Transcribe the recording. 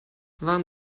waren